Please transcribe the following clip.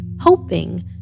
hoping